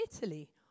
Italy